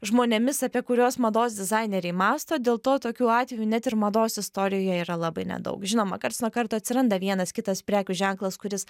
žmonėmis apie kuriuos mados dizaineriai mąsto dėlto tokių atvejų net ir mados istorijoje yra labai nedaug žinoma karts nuo karto atsiranda vienas kitas prekių ženklas kuris